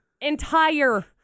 entire